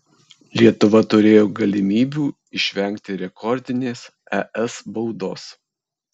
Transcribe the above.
lietuva turėjo galimybių išvengti rekordinės es baudos